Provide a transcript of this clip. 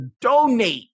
donate